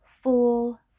Full